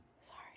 sorry